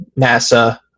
NASA